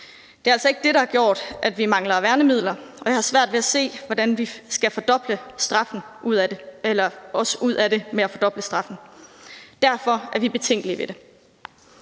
Det er altså ikke det, der har gjort, at vi mangler værnemidler, og jeg har svært ved at se, hvordan vi skal komme ud af det ved at fordoble straffen. Derfor er vi betænkelige ved det.